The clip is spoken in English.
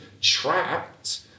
trapped